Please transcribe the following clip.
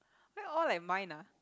why all like mine ah